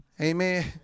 Amen